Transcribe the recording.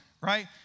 right